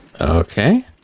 Okay